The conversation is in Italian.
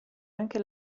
anche